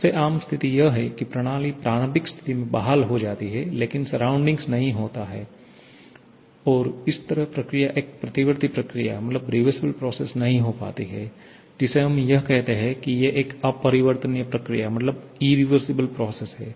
सबसे आम स्थिति यह है कि प्रणाली प्रारंभिक स्थिति में बहाल हो जाती है लेकिन सराउंडिंग नहीं होती है और इस तरह प्रक्रिया एक प्रतिवर्ती प्रक्रिया नहीं हो पाती है जिसे हम यह कहते हैं कि ये एक अपरिवर्तनीय प्रक्रिया है